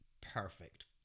Perfect